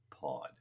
pod